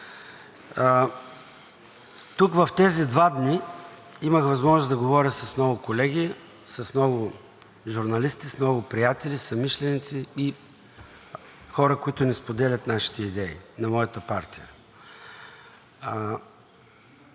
Тук в тези два дни имах възможност да говоря с много колеги, с много журналисти, с много приятели, съмишленици и хора, които не споделят нашите идеи – на моята партия.